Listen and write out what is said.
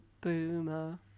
boomer